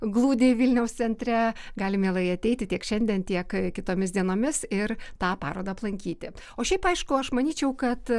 glūdi vilniaus centre gali mielai ateiti tiek šiandien tiek kitomis dienomis ir tą parodą aplankyti o šiaip aišku aš manyčiau kad